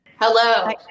Hello